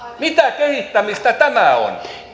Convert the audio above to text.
mitä kehittämistä tämä on